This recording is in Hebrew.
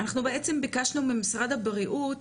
אנחנו בעצם ביקשנו ממשרד הבריאות